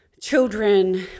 children